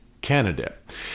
candidate